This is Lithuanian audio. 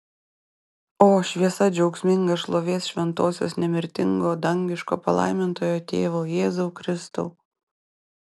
o šviesa džiaugsminga šlovės šventosios nemirtingo dangiško palaimintojo tėvo jėzau kristau